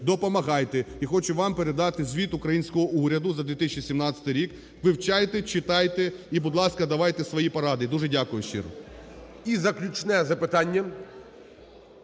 допомагайте. І хочу вам передати звіт українського уряду за 2017 рік, вивчайте, читайте і, будь ласка, давайте свої поради. Дуже дякую щиро. ГОЛОВУЮЧИЙ. І заключне запитання.